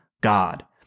God